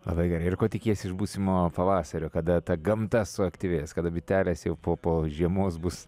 labai gerai ir ko tikies iš būsimo pavasario kada ta gamta suaktyvės kada bitelės jau po po žiemos bus